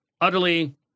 utterly